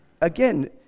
again